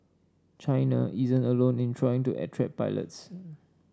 China isn't alone in trying to attract pilots